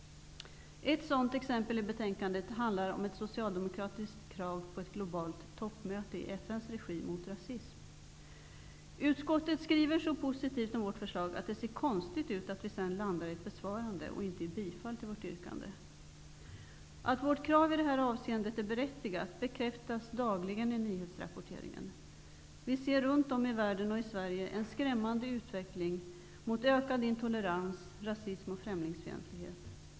Ett sådant exempel i betänkandet handlar om ett socialdemokratiskt krav på ett globalt toppmöte mot rasism i FN:s regi. Utskottet skriver så positivt om vårt förslag att det ser konstigt ut att vi sedan landar i ett besvarande och inte i ett bifall till vårt yrkande. Att vårt krav i detta avseende är berättigat bekräftas dagligen i nyhetsrapporteringen. Vi ser runt om i världen och i Sverige en skrämmande utveckling mot ökad intolerans, rasism och främlingsfientlighet.